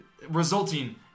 resulting